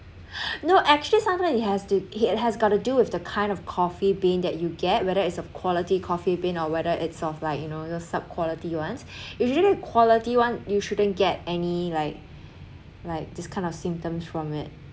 no actually sometimes it has to it has got to do with the kind of coffee bean that you get whether it's of quality coffee bean or whether it's sort of like you know your sub quality ones usually quality one you shouldn't get any like like this kind of symptoms from it